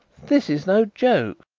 this is no joke.